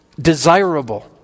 desirable